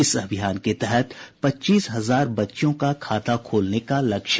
इस अभियान के तहत पच्चीस हजार बच्चियों का खाता खोलने का लक्ष्य है